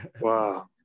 Wow